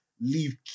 leave